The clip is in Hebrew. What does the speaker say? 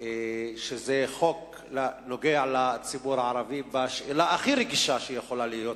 ושנוגע לציבור הערבי בשאלה הכי רגישה שיכולה להיות,